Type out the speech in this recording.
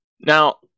now